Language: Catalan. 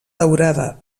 daurada